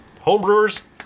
homebrewers